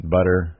Butter